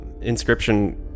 Inscription